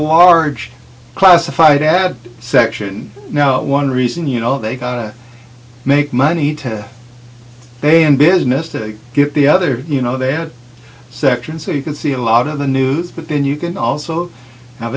large classified ad section no one reason you know they make money to they in business to get the other you know they have a section so you can see a lot of the news but then you can also have